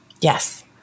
Yes